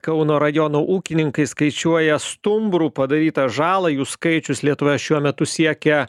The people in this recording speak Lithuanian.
kauno rajono ūkininkai skaičiuoja stumbrų padarytą žalą jų skaičius lietuvoje šiuo metu siekia